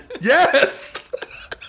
Yes